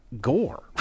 gore